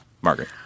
Margaret